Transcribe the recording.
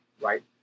right